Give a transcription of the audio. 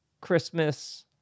Christmas